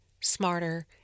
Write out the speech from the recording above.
smarter